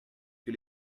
que